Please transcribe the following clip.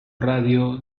radio